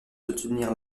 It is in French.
soutenir